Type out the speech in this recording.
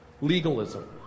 legalism